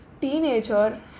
teenager